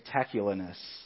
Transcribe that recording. spectacularness